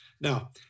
Now